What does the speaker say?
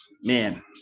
Man